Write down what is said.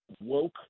woke